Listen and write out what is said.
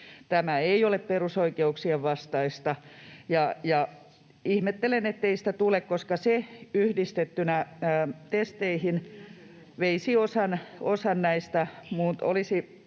Tämä ei ole perusoikeuksien vastaista, ja ihmettelen, ettei sitä tule, koska se yhdistettynä testeihin olisi estänyt